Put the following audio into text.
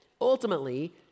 ultimately